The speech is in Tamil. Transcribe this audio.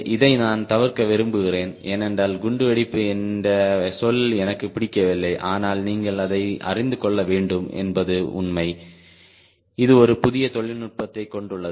இதை நான் தவிர்க்க விரும்பினேன் ஏனென்றால் குண்டுவெடிப்பு என்ற சொல் எனக்கு பிடிக்கவில்லை ஆனால் நீங்கள் அதை அறிந்து கொள்ள வேண்டும் என்பது உண்மை இது ஒரு புதிய தொழில்நுட்பத்தைக் கொண்டுள்ளது